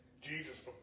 Jesus